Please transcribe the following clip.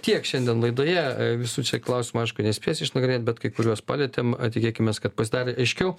tiek šiandien laidoje visų čia klausimų aišku nespėsiu išnagrinėt bet kai kuriuos palietėm tikėkimės kad pasidarė aiškiau